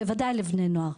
בוודאי לבני נוער.